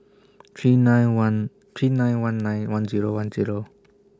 three nine one three nine one nine one Zero one Zero